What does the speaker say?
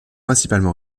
principalement